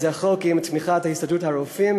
זו הצעת חוק בתמיכת ההסתדרות הרפואית,